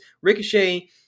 Ricochet